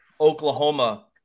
Oklahoma –